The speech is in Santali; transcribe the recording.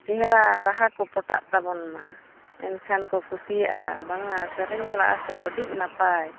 ᱪᱮᱦᱨᱟ ᱨᱟᱦᱟ ᱠᱚ ᱯᱚᱴᱟᱜ ᱛᱟᱵᱚᱱᱢᱟ ᱮᱱᱠᱷᱟᱱ ᱠᱚ ᱠᱩᱥᱤᱭᱟᱜᱼᱟ ᱵᱟᱝᱼᱟ ᱥᱮᱨᱮᱧ ᱞᱟᱜᱼᱟ ᱠᱚ ᱟᱹᱰᱤ ᱱᱟᱯᱟᱭ